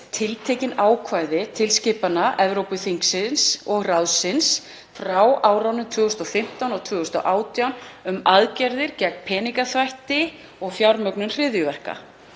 tiltekin ákvæði tilskipana Evrópuþingsins og -ráðsins frá árunum 2015 og 2018 um aðgerðir gegn peningaþvætti og fjármögnun hryðjuverka.